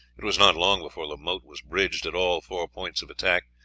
it was not long before the moat was bridged at all four points of attack.